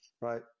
right